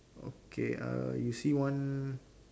okay err you see one